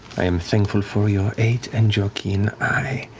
i am thankful for your aid and your keen eye.